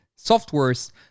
softwares